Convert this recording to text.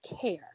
care